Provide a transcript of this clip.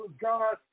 God